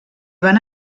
van